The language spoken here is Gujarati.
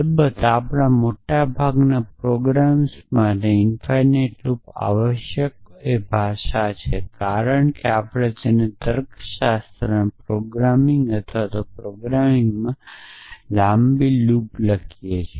અલબત્ત આપણાં મોટાભાગના પ્રોગ્રામ્સ માટે અનંત લૂપ આવશ્યક ભાષા છે કારણ કે આપણે તેને તર્કશાસ્ત્ર પ્રોગ્રામિંગ અથવા પ્રોલોગમાં લાંબી લૂપ લખી છે